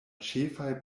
ĉefaj